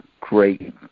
great